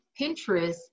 Pinterest